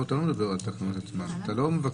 אתה לא מדבר על התקנות עצמן, אתה לא מבקש